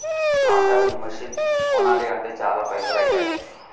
planter machine కొనాలి అంటే చాల పైసల్ ఐతాయ్